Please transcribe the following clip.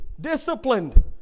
disciplined